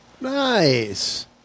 Nice